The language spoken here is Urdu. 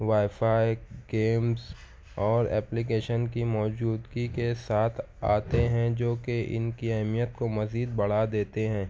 وائی فائی گیمس اور اپلیکیشن کی موجودگی کے ساتھ آتے ہیں جوکہ ان کی اہمیت کو مزید بڑھا دیتے ہیں